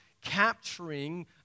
capturing